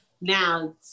Now